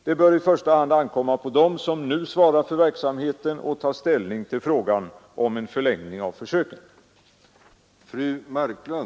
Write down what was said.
Det bör i första hand ankomma på dem som nu svarar för verksamheten att ta ställning till frågan om en förlängning av försöken.